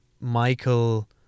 Michael